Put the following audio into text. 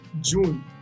June